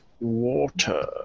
water